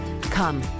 Come